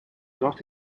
not